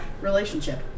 relationship